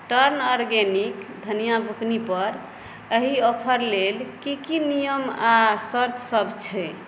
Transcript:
turn organic धनिया बुकनीपर एहि ऑफर लेल कि कि नियम आओर शर्तसब छै